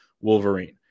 Wolverine